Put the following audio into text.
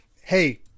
hey